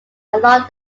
along